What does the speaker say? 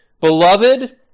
Beloved